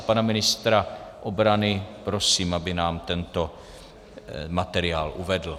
Pana ministra obrany prosím, aby nám tento materiál uvedl.